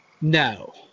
No